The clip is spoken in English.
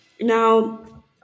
Now